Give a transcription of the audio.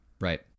Right